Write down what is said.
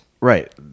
right